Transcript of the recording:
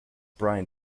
brian